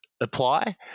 apply